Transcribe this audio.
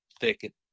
thicket